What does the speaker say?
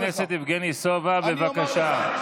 חבר הכנסת יבגני סובה, בבקשה.